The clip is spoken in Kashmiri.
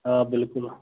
آ بلکُل